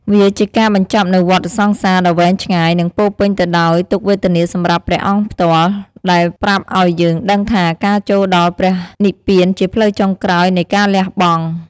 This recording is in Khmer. វាជាការបញ្ចប់នូវវដ្តសង្សារដ៏វែងឆ្ងាយ និងពោរពេញទៅដោយទុក្ខវេទនាសម្រាប់ព្រះអង្គផ្ទាល់ ដែលប្រាប់ឲ្យយើងដឹងថា ការចូលដល់ព្រះនិព្វានជាផ្លូវចុងក្រោយនៃការលះបង់។